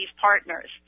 partners